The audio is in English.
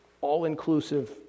all-inclusive